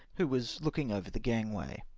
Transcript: who was looking over the gangway.